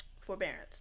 Forbearance